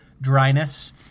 dryness